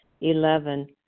Eleven